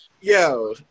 Yo